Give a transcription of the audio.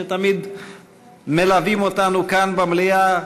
שתמיד מלווים אותנו כאן במליאה,